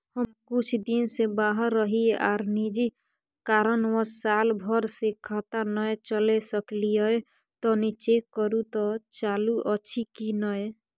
हम कुछ दिन से बाहर रहिये आर निजी कारणवश साल भर से खाता नय चले सकलियै तनि चेक करू त चालू अछि कि नय?